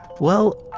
well,